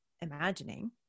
imagining